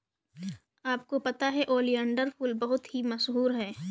आपको पता है ओलियंडर फूल बहुत ही मशहूर है